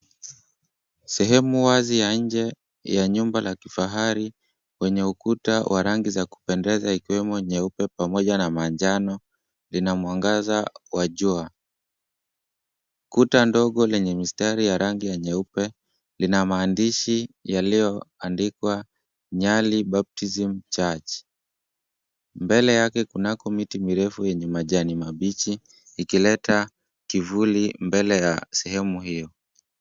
Sehemu wazi ya nje ya nyumba la kifahari wenye ukuta wa rangi za kupendeza ikiwemo nyeupe pamoja na manjano lina mwangaza wa jua. Kuta ndogo lenye mistari ya rangi ya nyeupe lina maandishi yaliyoandikwa, Nyali Baptism Church. Mbele yake kunako miti mirefu yenye majani mabichi ikileta kivuli mbele ya sehemu hio.